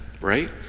right